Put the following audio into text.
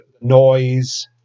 Noise